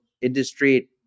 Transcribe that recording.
industry